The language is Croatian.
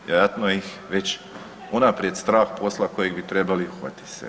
Vjerojatno ih je već unaprijed strah posla kojeg bi trebali uhvatiti se.